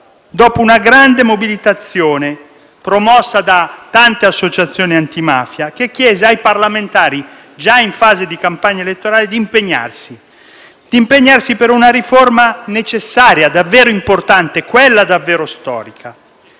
dopo una grande mobilitazione promossa da tante associazioni antimafia, che chiesero ai parlamentari, già in fase di campagna elettorale, di impegnarsi per una riforma necessaria e importante, quella sì davvero storica,